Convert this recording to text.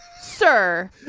sir